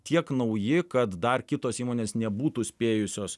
tiek nauji kad dar kitos įmonės nebūtų spėjusios